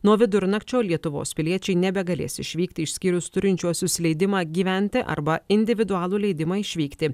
nuo vidurnakčio lietuvos piliečiai nebegalės išvykti išskyrus turinčiuosius leidimą gyventi arba individualų leidimą išvykti